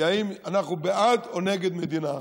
היא האם אנחנו בעד או נגד מדינה אחת.